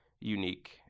unique